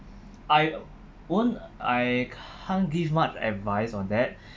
I won't I can't give much advice on that